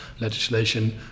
legislation